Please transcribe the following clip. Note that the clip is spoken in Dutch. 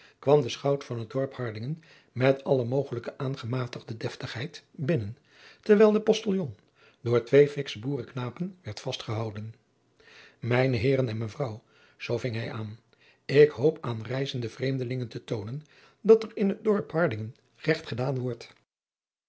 kwam de chout van het dorp ardingen driaan oosjes zn et leven van aurits ijnslager met alle mogelijke aangematigde deftigheid binnen terwijl de ostiljon door twee fiksche boerenknapen werd vastgehouden ijne eeren en evrouw zoo ving hij aan ik hoop aan reizende vreemdelingen te toonen dat er in het dorp ardingen regt gedaan wordt